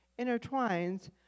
intertwines